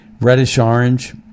reddish-orange